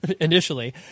initially